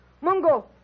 Mungo